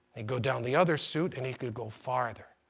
he'd go down the other suit and he could go farther.